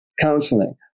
counseling